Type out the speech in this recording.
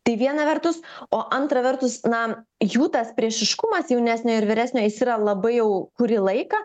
tai viena vertus o antra vertus na jų tas priešiškumas jaunesnio ir vyresnio jis yra labai jau kurį laiką